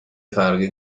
فرقی